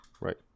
Right